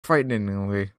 frighteningly